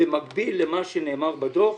במקביל למה שנאמר בדוח,